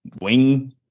wing –